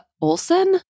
Olson